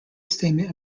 statement